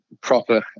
proper